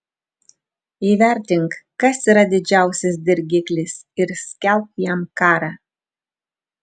įvertink kas yra didžiausias dirgiklis ir skelbk jam karą